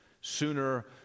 sooner